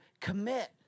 commit